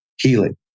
healing